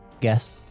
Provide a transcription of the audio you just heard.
guess